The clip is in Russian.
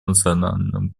национальном